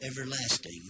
everlasting